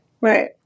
Right